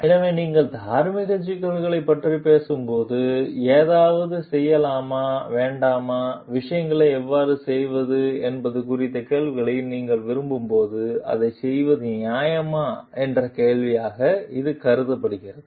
எனவே நீங்கள் தார்மீக சிக்கல்களைப் பற்றி பேசும்போது ஏதாவது செய்யலாமா வேண்டாமா விஷயங்களை எவ்வாறு செய்வது என்பது குறித்த கேள்விகளை நீங்கள் விரும்பும்போது அதைச் செய்வது நியாயமா என்ற கேள்விகளாக இது கருதப்படுகிறது